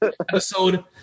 episode